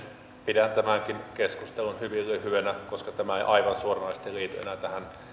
pidän tämänkin keskustelun hyvin lyhyenä koska tämä ei aivan suoranaisesti liity enää tähän